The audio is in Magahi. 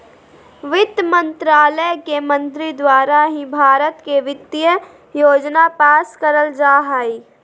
वित्त मन्त्रालय के मंत्री द्वारा ही भारत के वित्तीय योजना पास करल जा हय